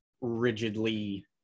rigidly